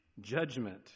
judgment